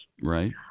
Right